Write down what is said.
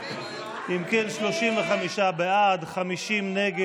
אם כן, 35 בעד, 50 נגד.